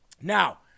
Now